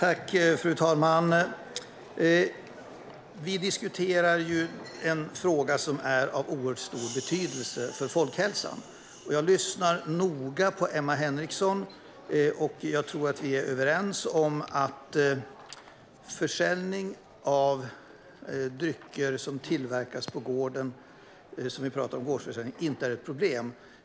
Alkohol-, narkotika-, dopnings och tobaks-frågor Fru talman! Vi diskuterar en fråga som är av oerhört stor betydelse för folkhälsan. Jag lyssnade noga på Emma Henriksson, och jag tror att vi är överens om att försäljning av drycker som tillverkas på gården inte är ett problem.